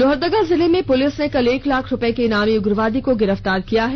लोहरदगा जिले में पुलिस ने कल एक लाख रूपये के इनामी उग्रवादी को गिरफ्तार किया है